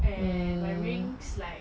and my rings like